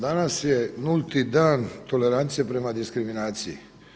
Danas je nulti dan tolerancije prema diskriminaciji.